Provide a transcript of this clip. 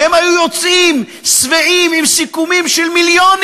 והם היו יוצאים שבעים, עם סיכומים של מיליונים,